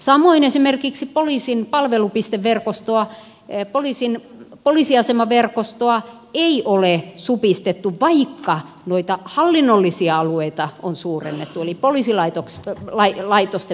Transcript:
samoin esimerkiksi poliisin palvelupisteverkostoa poliisiasemaverkostoa ei ole supistettu vaikka noita hallinnollisia alueita on suurennettu eli poliisilaitosten määrää on vähennetty